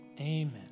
amen